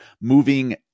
moving